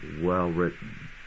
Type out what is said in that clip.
well-written